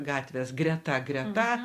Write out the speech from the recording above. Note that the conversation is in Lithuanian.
gatvės greta grenda